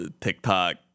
TikTok